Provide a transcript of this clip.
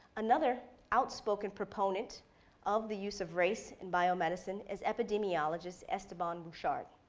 another outspoken proponent of the use of race in biomedicine is epidemiologist esteban burchard,